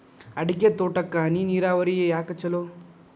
ಅಡಿಕೆ ತೋಟಕ್ಕ ಹನಿ ನೇರಾವರಿಯೇ ಯಾಕ ಛಲೋ?